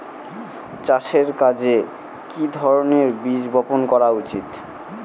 চাষের কাজে কি ধরনের বীজ বপন করা উচিৎ?